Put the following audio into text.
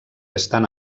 estan